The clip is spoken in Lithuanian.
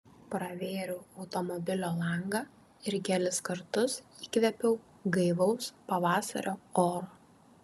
pravėriau automobilio langą ir kelis kartus įkvėpiau gaivaus pavasario oro